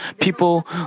people